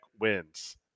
wins